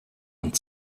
und